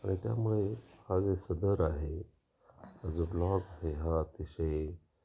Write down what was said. आणि त्यामुळे हा जे सदर आहे हा जो ब्लॉग आहे हा अतिशय